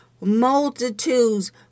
multitudes